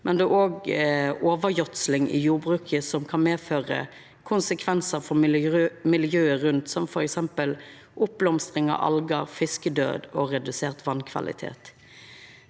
men det skjer òg overgjødsling i jordbruket, noko som kan gje konsekvensar for miljøet rundt, som f.eks. oppblomstring av algar, fiskedød og redusert vannkvalitet.